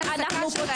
כמתמחות.